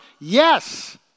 Yes